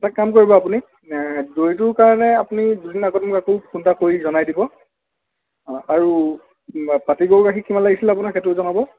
এটা কাম কৰিব আপুনি দৈটোৰ কাৰণে আপুনি দুদিন আগতে মোক আকৌ ফোন এটা কৰি জনাই দিব আৰু পাতি গৰু গাখীৰ কিমান লাগিছিলে আপোনাক সেইটোও জনাব